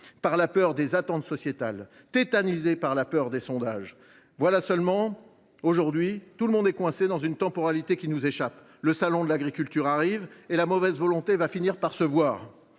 par la peur des attentes sociétales, par la peur des sondages. Seulement voilà, tout le monde est coincé dans une temporalité qui nous échappe. Le salon de l’agriculture arrive et la mauvaise volonté va finir par se